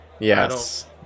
yes